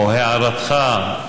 או הערתך,